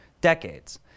decades